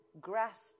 grasp